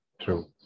True